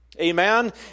Amen